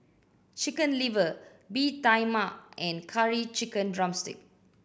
Chicken Liver Bee Tai Mak and Curry Chicken drumstick